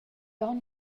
onn